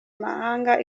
mahanga